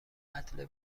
قتل